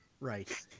Right